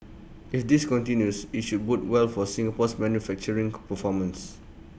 if this continues IT should bode well for Singapore's manufacturing performance